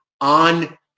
on